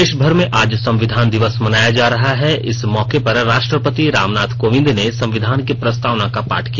देशभर में आज संविधान दिवस मनाया जा रहा है इस मौके पर राष्ट्रपति रामनाथ कोविंद ने संविधान की प्रस्तावना का पाठ किया